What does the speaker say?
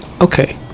okay